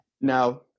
now